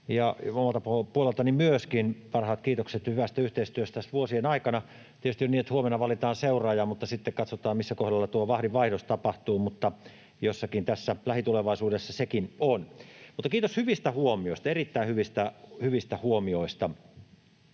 omalta puoleltani myöskin parhaat kiitokset hyvästä yhteistyöstä tässä vuosien aikana. Tietysti on niin, että huomenna valitaan seuraaja mutta sitten katsotaan, missä kohdalla tuo vahdinvaihdos tapahtuu, mutta jossakin tässä lähitulevaisuudessa sekin on. Ja kiitos hyvistä huomioista, erittäin hyvistä huomioista.